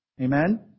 Amen